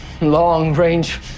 Long-range